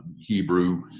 Hebrew